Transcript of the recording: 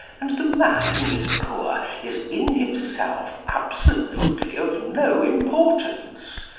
and the man who is poor is in himself absolutely of no importance.